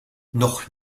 noch